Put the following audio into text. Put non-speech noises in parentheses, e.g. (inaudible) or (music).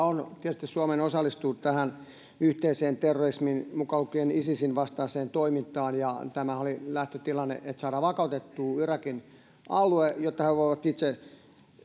(unintelligible) on tietysti tarkoitus osallistua tähän yhteiseen terrorismin mukaan lukien isisin vastaiseen toimintaan ja tämä oli lähtötilanne että saadaan vakautettua irakin alue jotta he voivat itse